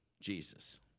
Jesus